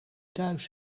thuis